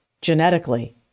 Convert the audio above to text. genetically